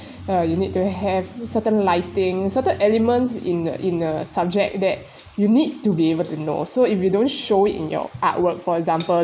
ya you need to have certain lighting certain elements in a in a subject that you need to be able to know so if you don't show it in your artwork for example